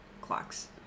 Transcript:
clocks